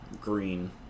green